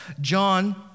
John